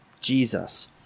Jesus